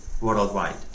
worldwide